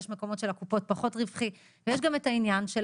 יש מקומות שבהם לקופות פחות רווחי ויש גם את העניין של